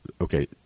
okay